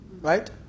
Right